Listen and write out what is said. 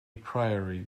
priori